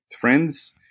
friends